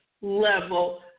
level